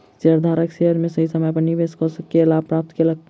शेयरधारक शेयर में सही समय पर निवेश कअ के लाभ प्राप्त केलक